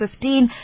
2015